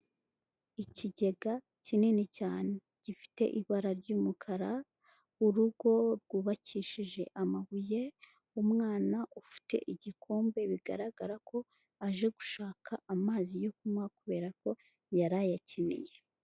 Ikigega kinini cyane gifite ibara ry'umukara, urugo rwubakishije amabuye, umwana ufite igikombe bigaragara ko aje gushaka amazi yo kunywa kubera ko yari ayakeneye.